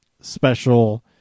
special